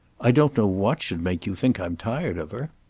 i don't know what should make you think i'm tired of her.